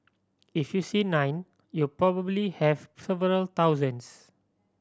if you see nine you probably have several thousands